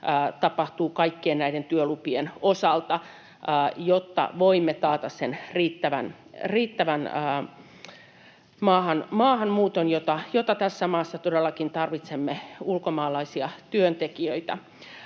tapahtuu kaikkien näiden työlupien osalta, jotta voimme taata riittävän maahanmuuton, jota tässä maassa todellakin tarvitsemme ulkomaalaisten työntekijöiden